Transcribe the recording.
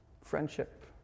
friendship